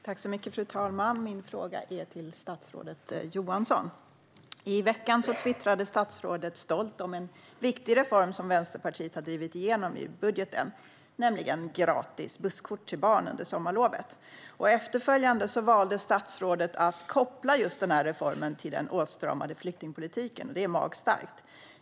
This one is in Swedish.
Fru talman! Min fråga går till statsrådet Johansson. I veckan twittrade statsrådet stolt om en viktig reform som Vänsterpartiet har drivit igenom i budgeten, nämligen gratis busskort till barn under sommarlovet. Efteråt valde statsrådet att koppla denna reform till den åtstramade flyktingpolitiken. Det är magstarkt.